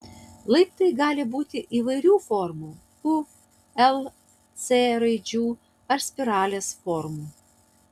laiptai gali būti įvairių formų u l c raidžių ar spiralės formos